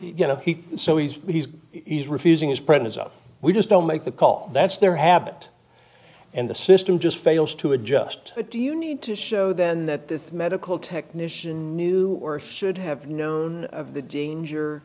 you know he so he's he's refusing his presence of we just don't make the call that's their habit and the system just fails to adjust but do you need to show then that the medical technician knew or should have known of the danger